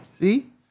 See